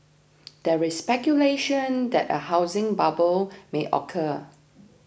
there is speculation that a housing bubble may occur